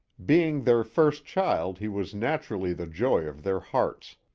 being their first child he was naturally the joy of their hearts.